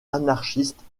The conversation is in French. anarchistes